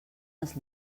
els